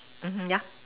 mmhmm yeah